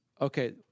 Okay